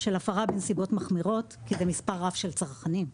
של הפרה בנסיבות מחמירות כי זה מספר רב של צרכנים,